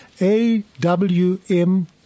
AWM